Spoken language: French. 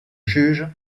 juge